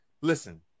listen